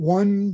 one